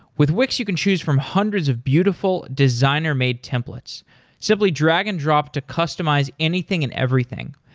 with wix, you can choose from hundreds of beautiful, designer-made templates simply drag and drop to customize anything and everything.